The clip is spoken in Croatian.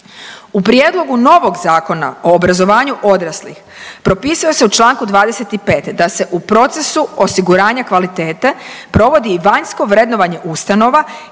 U prijedlogu novog Zakona o obrazovanju odraslih propisuje se u čl. 25. da se u procesu osiguranja kvalitete provodi i vanjsko vrednovanje ustanova